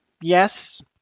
Yes